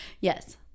Yes